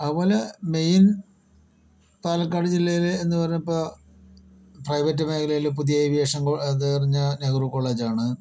അതുപോലെ മെയിൻ പാലക്കാട് ജില്ലയിലെ എന്ന് പറഞ്ഞപ്പോൾ പ്രൈവറ്റ് മേഖലയിലും പുതിയ ഏവിയേഷൻ അത് പറഞ്ഞാ നെഹ്റു കോളേജാണ്